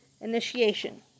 initiation